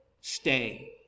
stay